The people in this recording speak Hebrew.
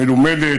מלומדת,